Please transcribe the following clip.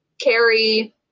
carry